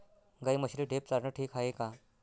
गाई म्हशीले ढेप चारनं ठीक हाये का?